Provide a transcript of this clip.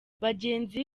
bagenzi